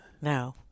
No